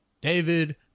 David